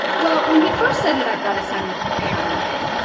well when he first said it, i thought it sounded paranoid.